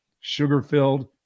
sugar-filled